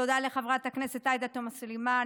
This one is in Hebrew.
תודה לחברי הכנסת עאידה תומא סלימאן,